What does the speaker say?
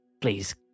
please